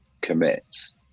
commits